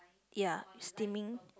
ya steaming